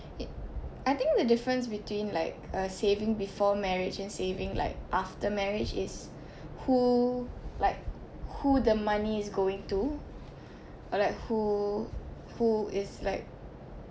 it I think the difference between like a saving before marriage and saving like after marriage is who like who the money is going to or like who who is like